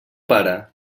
pare